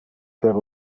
per